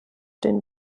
den